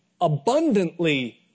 abundantly